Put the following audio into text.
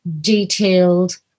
detailed